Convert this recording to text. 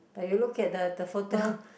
but you look at the the photo